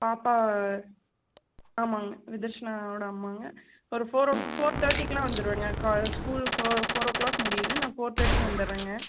பாப்பா ஆமாம்ங்க நிதர்ஷனாவோட அம்மாங்கா ஒரு ஃபோர் ஓ ஃபோர் தேர்ட்டிக்கு எல்லாம் வந்துவிடுவேங்க கா school four four o'clock முடியுது நான் ஃபோர் தேர்ட்டிக்கு வந்துடுறேங்க